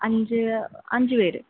അഞ്ച് അഞ്ചു പേര്